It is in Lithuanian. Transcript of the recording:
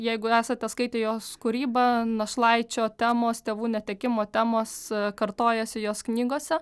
jeigu esate skaitę jos kūrybą našlaičio temos tėvų netekimo temos kartojasi jos knygose